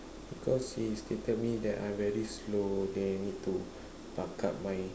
cause she stated me that I very slow then need to buck up my